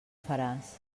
faràs